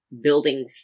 building